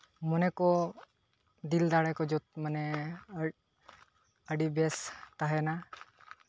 ᱢᱚᱱᱮ ᱠᱚ ᱫᱤᱞ ᱫᱟᱲᱮ ᱠᱚ ᱡᱚᱛᱚ ᱢᱟᱱᱮ ᱟᱹᱴ ᱟᱹᱰᱤ ᱵᱮᱥ ᱛᱟᱦᱮᱱᱟ